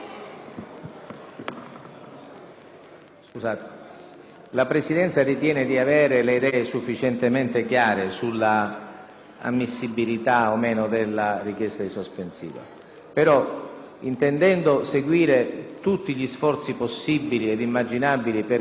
la Presidenza ritiene di avere le idee sufficientemente chiare sulla ammissibilità o meno della richiesta di sospensiva. Però, intendendo seguire tutti gli sforzi possibili ed immaginabili perché vengano